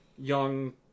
young